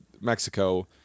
Mexico